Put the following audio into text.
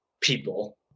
people